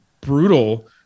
brutal